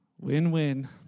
Win-win